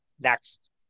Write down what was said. next